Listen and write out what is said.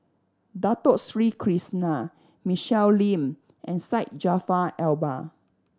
Dato Sri Krishna Michelle Lim and Syed Jaafar Albar